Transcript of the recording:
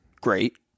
great